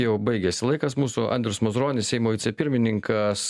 jau baigiasi laikas mūsų andrius mazuronis seimo vicepirmininkas